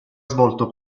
svolto